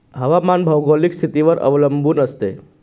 हवामान भौगोलिक स्थितीवर अवलंबून असते